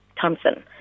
thompson